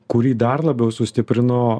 kurį dar labiau sustiprino